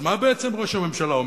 אז מה בעצם ראש הממשלה אומר?